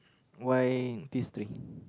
why these three